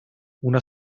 una